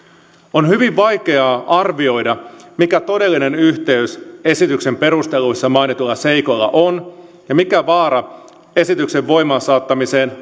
on hyvin vaikeaa arvioida mikä todellinen yhteys esityksen perusteluissa mainituilla seikoilla on ja mikä vaara esityksen voimaan saattamiseen